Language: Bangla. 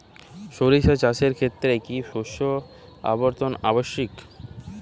সরিষা চাষের ক্ষেত্রে কি শস্য আবর্তন আবশ্যক?